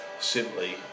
simply